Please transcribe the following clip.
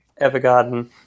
Evergarden